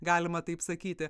galima taip sakyti